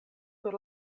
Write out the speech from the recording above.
sur